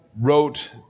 wrote